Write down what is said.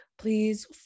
Please